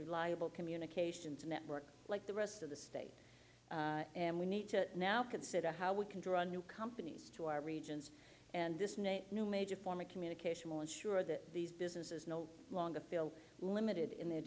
reliable communications network like the rest of the state and we need to now consider how we can draw on new companies to our regions and this net new major form of communication will ensure that these businesses no longer feel limited in their